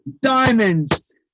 diamonds